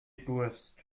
durst